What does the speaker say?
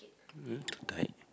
you want to die